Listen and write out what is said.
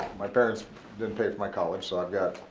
my parents didn't pay for my college, so i've got